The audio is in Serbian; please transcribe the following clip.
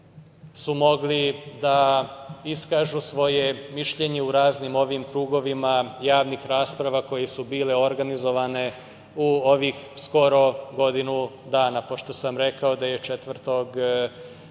su mogli da iskažu svoje mišljenje u raznim ovim krugovima javnih rasprava koje su bile organizovane u ovih skoro godinu dana, pošto sam rekao da je 4.